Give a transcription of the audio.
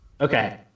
Okay